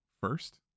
first